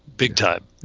big time.